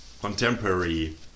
contemporary